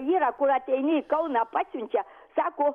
yra kur ateini į kauną pasiunčia sako